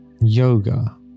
yoga